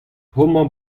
homañ